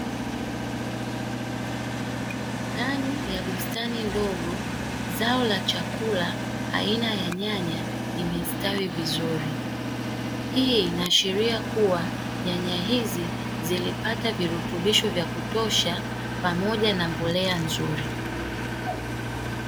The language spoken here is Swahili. Ndani ya bustani ndogo zao la chakula aina ya nyanya imestawi vizuri, hii inaashiria kuwa nyanya hizi zilipata virutubisho vya kutosha pamoja na mbolea nzuri.